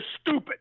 stupid